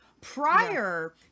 prior